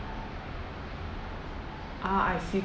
ah I see